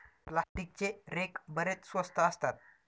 प्लास्टिकचे रेक बरेच स्वस्त असतात